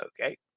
Okay